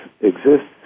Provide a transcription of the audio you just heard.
exists